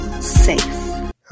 Safe